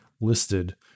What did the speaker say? listed